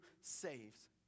saves